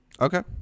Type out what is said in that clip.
Okay